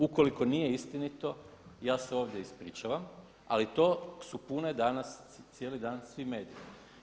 Ukoliko nije istinito, ja se ovdje ispričavam, ali to su pune danas cijeli dan svi mediji.